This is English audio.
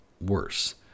worse